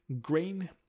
Grain